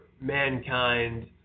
Mankind